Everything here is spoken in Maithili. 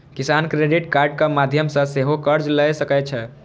किसान क्रेडिट कार्डक माध्यम सं सेहो कर्ज लए सकै छै